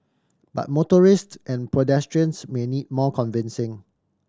but motorists and pedestrians may need more convincing